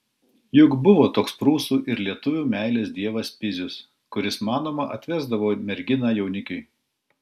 juk buvo toks prūsų ir lietuvių meilės dievas pizius kuris manoma atvesdavo merginą jaunikiui